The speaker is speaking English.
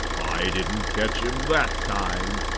i didn't catch him that time,